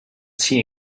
tea